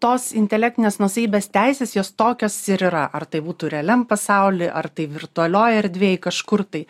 tos intelektinės nuosavybės teisės jos tokios ir yra ar tai būtų realiam pasauly ar tai virtualioj erdvėj kažkur tai